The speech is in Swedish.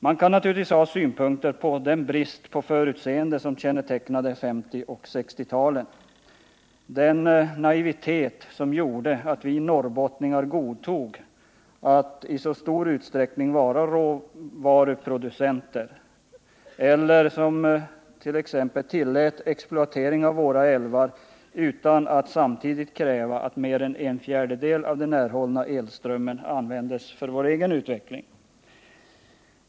Man kan naturligtvis ha synpunkter på den brist på förutseende som kännetecknade 1950 och 1960-talen — den naivitet som gjorde att vi norrbottningar godtog att vi i så stor utsträckning skulle vara råvaruproducenter eller t.ex. tillät exploatering av våra älvar utan att samtidigt kräva att mer än en fjärdedel av den erhållna elströmmen användes för vår egen utveckling.